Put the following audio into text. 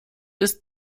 ist